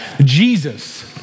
Jesus